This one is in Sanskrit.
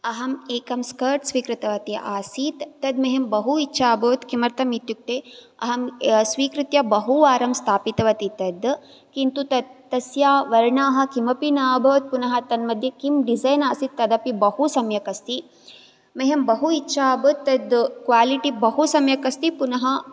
अहम् एकं स्कर्ट् स्वीकृतवती आसीत् तत् मह्यं बहु इच्छा अभवत् किमर्थम् इत्युक्ते अहं स्वीकृत्य बहुवारं स्थापितवती तद् किन्तु तत् तस्याः वर्णाः किमपि न अभवत् पुनः तन् मध्ये किं डिज़ैन् आसीत् तदपि बहु सम्यक् अस्ति मह्यं बहु इच्छा अभवत् तत् क्वालिटी बहु सम्यक् अस्ति पुनः